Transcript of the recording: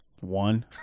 One